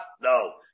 No